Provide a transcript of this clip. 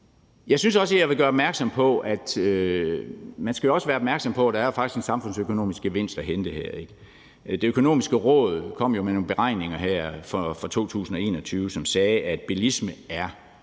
at man jo også skal være opmærksom på, at der faktisk er en samfundsøkonomisk gevinst at hente her. Det Økonomiske Råd kom jo med nogle beregninger her for 2021, som sagde, at bilisme er